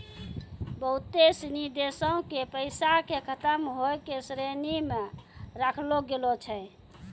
बहुते सिनी देशो के पैसा के खतम होय के श्रेणी मे राखलो गेलो छै